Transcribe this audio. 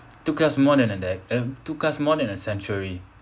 took us more than a de~ uh took us more than a century